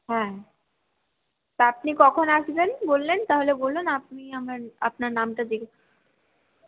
হ্যাঁ তা আপনি কখন আসবেন বললেন তাহলে বলুন আপনি আপনার নামটা জিজ্ঞেস